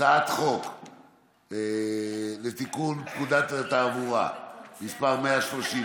הצעת חוק לתיקון פקודת התעבורה (מס' 130),